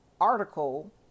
article